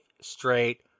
straight